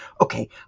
okay